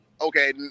Okay